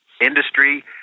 industry